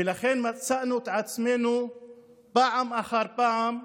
ולכן מצאנו את עצמנו פעם אחר פעם,